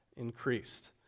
increased